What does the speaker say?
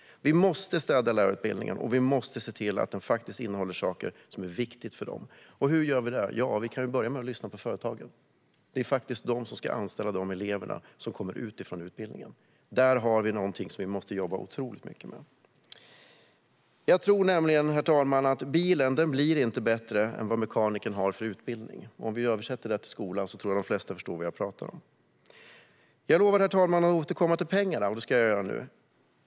Vi måste städa lärarutbildningen, och vi måste se till att den faktiskt innehåller saker som är viktiga för den. Hur gör vi detta? Vi kan börja med att lyssna på företagen. Det är faktiskt företagen som ska anställa de elever som kommer ut från utbildningen. Där har vi någonting som vi måste jobba otroligt mycket med. Herr talman! Jag tror nämligen att bilen inte blir bättre än den utbildning som mekanikern har. Om vi översätter detta till skolan tror jag att de flesta förstår vad jag talar om. Jag lovade att återkomma till pengarna, och det ska jag göra nu.